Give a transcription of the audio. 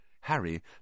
Harry